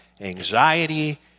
anxiety